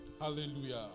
Hallelujah